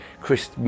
Chris